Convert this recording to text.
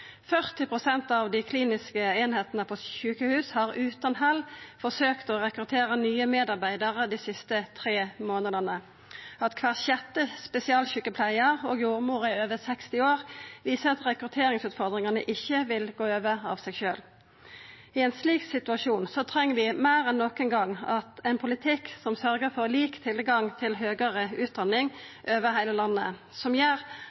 av dei kliniske einingane på sjukehus har utan hell forsøkt å rekruttera nye medarbeidarar dei siste tre månadane. At kvar sjette spesialsjukepleiar og jordmor er over 60 år, viser at rekrutteringsutfordringane ikkje vil gå over av seg sjølv. I ein slik situasjon treng vi meir enn nokon gong ein politikk som sørgjer for lik tilgang til høgare utdanning over heile landet, som gjer